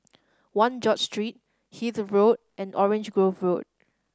One George Street Hythe Road and Orange Grove Road